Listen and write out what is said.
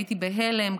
הייתי בהלם.